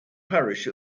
parish